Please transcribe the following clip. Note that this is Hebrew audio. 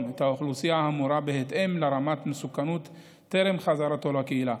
את האוכלוסייה האמורה בהתאם לרמת המסוכנות טרם החזרה לקהילה.